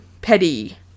petty